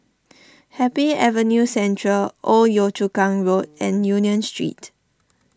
Happy Avenue Central Old Yio Chu Kang Road and Union Street